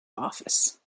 office